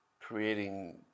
creating